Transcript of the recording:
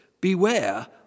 beware